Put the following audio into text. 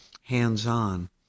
hands-on